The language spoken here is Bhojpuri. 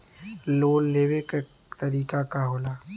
लोन लेवे क तरीकाका होला?